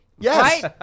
Yes